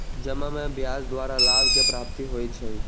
जमा में ब्याज द्वारा लाभ के प्राप्ति होइ छइ